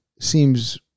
seems